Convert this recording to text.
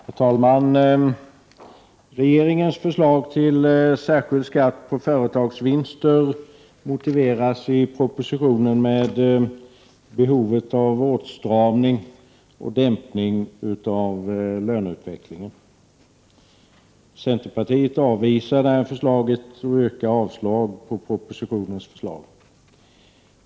Herr talman! Regeringens förslag till särskild skatt på företagsvinster motiveras i propositionen med behovet av åtstramning och dämpning av löneutvecklingen. Centerpartiet avvisar det resonemanget och yrkar avslag på propositionens förslag.